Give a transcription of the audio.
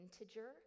integer